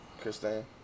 Christine